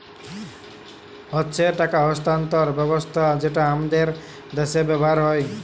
হচ্যে টাকা স্থানান্তর ব্যবস্থা যেটা হামাদের দ্যাশে ব্যবহার হ্যয়